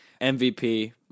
MVP